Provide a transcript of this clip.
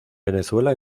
venezuela